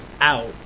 out